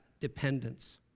Dependence